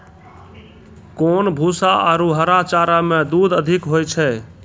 कोन भूसा आरु हरा चारा मे दूध अधिक होय छै?